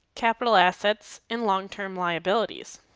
capital assets, and long term liabilities.